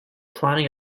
planning